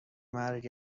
مرگ